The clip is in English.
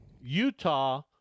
Utah